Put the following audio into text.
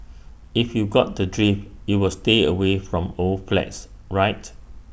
if you got the drift you will stay away from old flats right